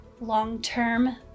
long-term